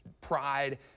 pride